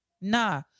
Nah